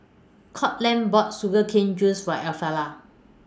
Courtland bought Sugar Cane Juice For Elfreda